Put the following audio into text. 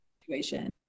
situation